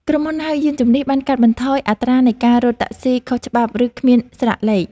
ក្រុមហ៊ុនហៅយានជំនិះ បានកាត់បន្ថយអត្រានៃការរត់តាក់ស៊ីខុសច្បាប់ ឬគ្មានស្លាកលេខ។